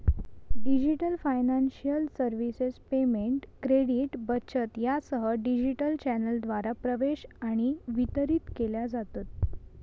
digital financial services payment, credit, बचत यासह digital चॅनेलद्वारा प्रवेश आणि वितरित केल्या जातत